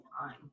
time